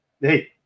Hey